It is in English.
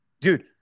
dude